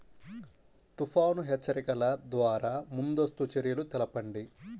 తుఫాను హెచ్చరికల ద్వార ముందస్తు చర్యలు తెలపండి?